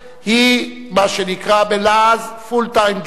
היא מה שנקרא בלעזfull time job.